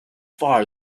far